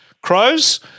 Crows